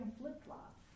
flip-flops